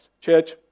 Church